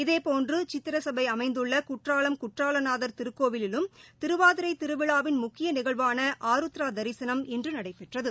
இதேபோன்று சித்திரசளப அமைந்துள்ள குற்றாலம் குற்றாலநாதர் திருக்கோவிலிலும் திருவாதிரை திருவிழாவின் முக்கிய நிகழ்வான ஆருத்ரா தரிசனம் இன்று நடைபெற்றது